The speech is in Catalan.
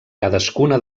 cadascuna